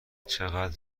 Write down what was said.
چقدر